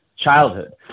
childhood